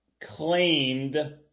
claimed